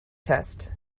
test